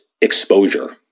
exposure